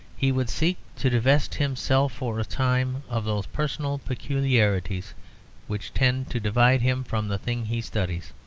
he would seek to divest himself for a time of those personal peculiarities which tend to divide him from the thing he studies.